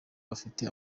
bafite